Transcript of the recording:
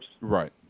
right